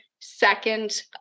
second